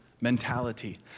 mentality